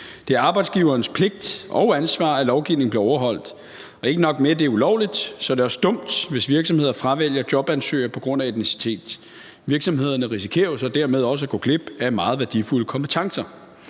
Det er arbejdsgiverens pligt og ansvar, at lovgivningen bliver overholdt, og ikke nok med, at det er ulovligt, så er det også dumt, hvis virksomheder fravælger jobansøgere på grund af etnicitet. Virksomhederne risikerer jo så dermed også at gå glip af meget værdifulde kompetencer.